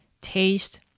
taste